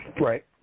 Right